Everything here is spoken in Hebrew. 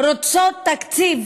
רוצות תקציב